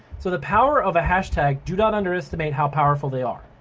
so the power of a hashtag, do not underestimate how powerful they are.